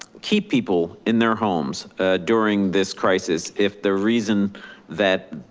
keep people in their homes during this crisis, if the reason that